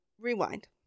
Rewind